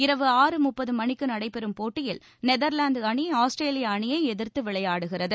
இரவு ஆறு முப்பது மணிக்கு நடைபெறும் போட்டியில் நெதர்லாந்து அணி ஆஸ்திரேலிய அணியை எதிர்த்து விளையாடுகிறது